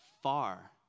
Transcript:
Far